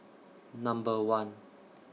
Number one